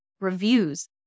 reviews